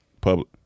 public